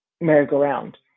merry-go-round